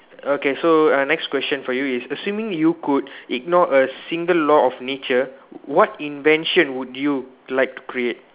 okay so err next question for you is assuming you could ignore a single law of nature what invention would you like to create